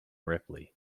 ripley